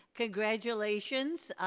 congratulations.